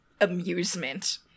amusement